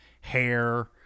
hair